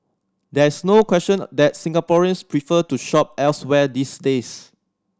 there is no question that Singaporeans prefer to shop elsewhere these days